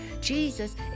Jesus